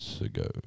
ago